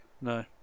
No